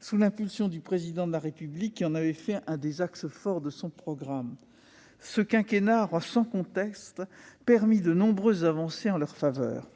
sous l'impulsion du Président de la République, qui en avait fait un des axes forts de son programme. Ce quinquennat aura sans conteste permis de nombreuses avancées en la matière.